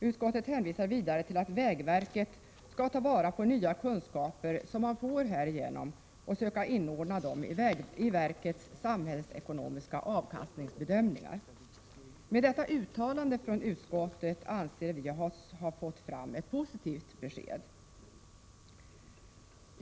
Utskottet hänvisar vidare till att vägverket skall ta vara på nya kunskaper som man får härigenom och söka inordna dem i verkets samhällsekonomiska avkastningsbedömningar. Med detta uttalande från utskottet anser vi oss ha fått fram ett positivt besked.